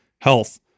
health